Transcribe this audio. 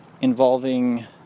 involving